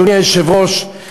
אדוני היושב-ראש,